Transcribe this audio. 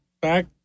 back